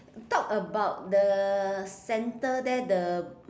talk about the center there the